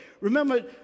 remember